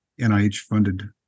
NIH-funded